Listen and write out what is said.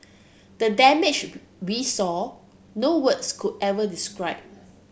the damage we saw no words could ever describe